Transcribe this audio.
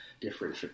different